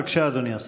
בבקשה, אדוני השר.